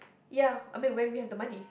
ya I mean when we have the money